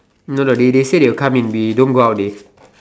you know they say will come in they don't go out they